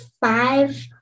five